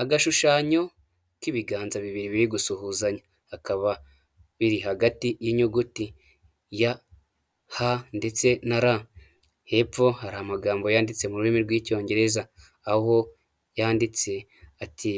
Agashushanyo k'ibiganza bibiri biri gusuhuzanya, akaba biri hagati y'inyuguti H ndetse na R, hepfo hari amagambo yanditse mu rurimi rw'icyongereza aho yanditse ati